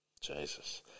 Jesus